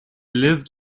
lived